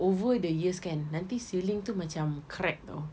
over the years kan nanti ceiling tu macam crack [tau]